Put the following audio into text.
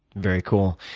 very cool.